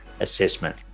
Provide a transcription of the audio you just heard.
assessment